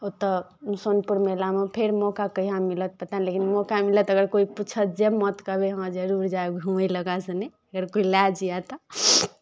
ओतय सोनपुर मेलामे फेर मौका कहिआ मिलत पता नहि लेकिन मौका मिलत अगर कोइ पूछत जयमे तऽ कहबै हँ जरूर जायब घूमय लेल ओकरा सने अगर कोइ लए जाइए तऽ